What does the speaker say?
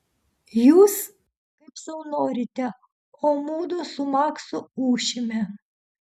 jūs kaip sau norite o mudu su maksu ūšime